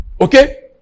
Okay